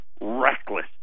reckless